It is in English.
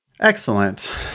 Excellent